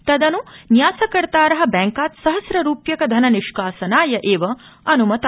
तदन् न्यासकर्तार बैंकात् सहस्ररूप्यक धन निष्कासनाय एव अनुमता